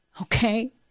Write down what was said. Okay